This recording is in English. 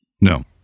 No